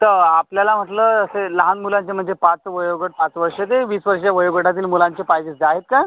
तर आपल्याला म्हटलं असे लहान मुलांचे म्हणजे पाच वयोगट पाच वर्ष ते वीस वर्ष वयोगटातील मुलांचे पाहिजे होते आहेत का